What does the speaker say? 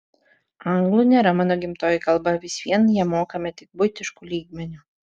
anglų nėra mano gimtoji kalba vis vien ją mokame tik buitišku lygmeniu